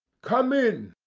come in,